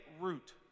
root